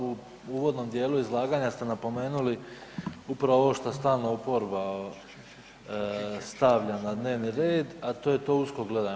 U uvodnom dijelu izlaganja ste napomenuli upravo ovo šta stalno oporba stavlja na dnevni red, a to je to usko gledanje.